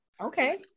okay